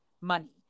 money